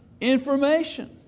information